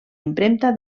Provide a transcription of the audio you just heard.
impremta